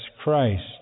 Christ